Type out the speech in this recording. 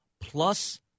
plus